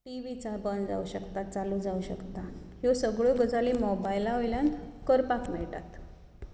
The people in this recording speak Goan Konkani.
टीवी बंद जावंक शकता चालू जावंक शकता ह्यो सगळ्यो गजाली मोबायला वयल्यान करपाक मेळटात